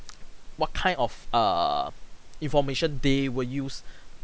what kind of err information they will use